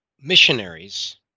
Missionaries